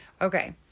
Okay